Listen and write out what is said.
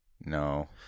No